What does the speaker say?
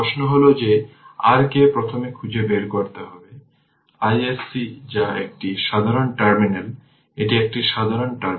এখন প্রশ্ন হল যে r কে প্রথমে খুঁজে বের করতে হবে iSC যা একটি সাধারণ টার্মিনাল এটি একটি সাধারণ টার্মিনাল